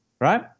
right